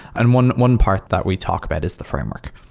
and one one part that we talk about is the framework.